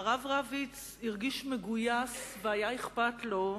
הרב רביץ הרגיש מגויס והיה אכפת לו,